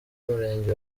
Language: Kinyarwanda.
umurenge